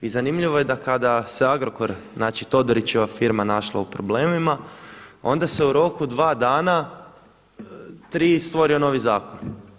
I zanimljivo je da kada se Agrokor, znači Todorićeva firma našla u problemima onda se u roku 2 dana, 3, stvorio novi zakon.